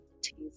teeth